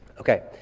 Okay